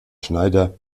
schneider